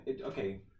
okay